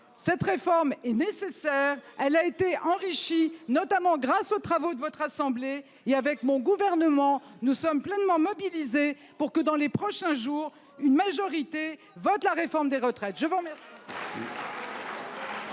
Cette réforme est nécessaire, elle a été enrichie notamment grâce aux travaux de votre assemblée et avec mon gouvernement. Nous sommes pleinement mobilisés pour que dans les prochains jours une majorité votent la réforme des retraites.